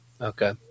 Okay